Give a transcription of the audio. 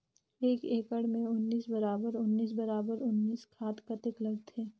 एक एकड़ मे उन्नीस बराबर उन्नीस बराबर उन्नीस खाद कतेक लगथे?